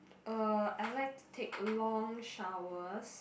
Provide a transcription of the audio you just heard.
uh I like to take long showers